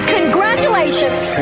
Congratulations